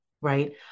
right